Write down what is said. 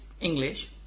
English